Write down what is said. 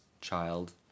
child